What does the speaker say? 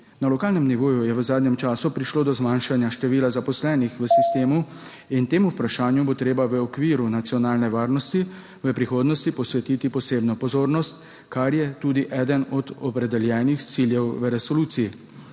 Na lokalnem nivoju je v zadnjem času prišlo do zmanjšanja števila zaposlenih v sistemu in temu vprašanju bo treba v okviru nacionalne varnosti v prihodnosti posvetiti posebno pozornost, kar je tudi eden od opredeljenih ciljev v resoluciji.